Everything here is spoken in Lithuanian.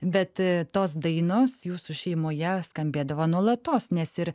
bet tos dainos jūsų šeimoje skambėdavo nuolatos nes ir